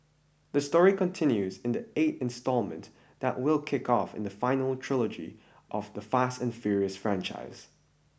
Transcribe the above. the story continues in the eight instalment that will kick off in the final trilogy of the fast and furious franchise